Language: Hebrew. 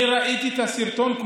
אני ראיתי את הסרטון,